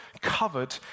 covered